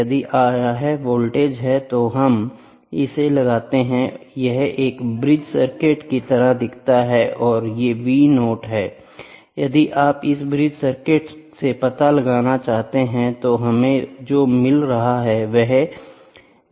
यदि यह वोल्टेज है तो हम इसे लगाते हैं और यह एक ब्रिज सर्किट की तरह दिखता है यह V 0 है यदि आप इस ब्रिज सर्किट से पता लगाना चाहते हैं तो हमें जो मिल रहा है वह x V है